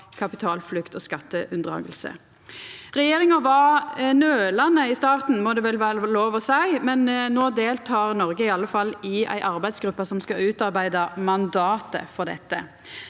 kapitalflukt og skatteunndragingar. Regjeringa var nølande i starten, må det vel vera lov å seia, men no deltek Noreg iallfall i ei arbeidsgruppe som skal utarbeida mandatet for dette.